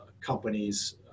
companies